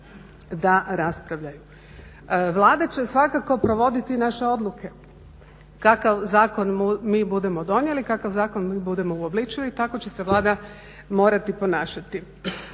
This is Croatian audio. da raspravljaju. Vlada će svakako provoditi naše odluke kakav zakon mi budemo donijeli, kakav zakon mi budemo uobličili tako će se Vlada morati ponašati.